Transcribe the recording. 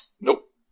Nope